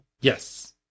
Yes